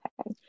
okay